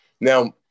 Now